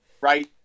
right